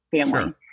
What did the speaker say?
family